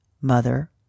mother